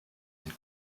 ein